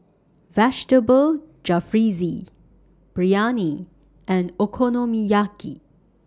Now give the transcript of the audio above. Vegetable Jalfrezi Biryani and Okonomiyaki